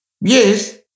Yes